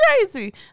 Crazy